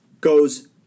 goes